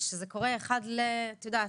שזה קורה אחד לאת יודעת,